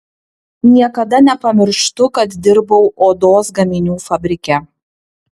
niekada nepamirštu kad dirbau odos gaminių fabrike